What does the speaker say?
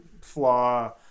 flaw